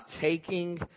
taking